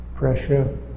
pressure